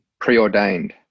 preordained